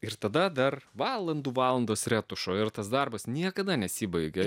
ir tada dar valandų valandas retušo ir tas darbas niekada nesibaigia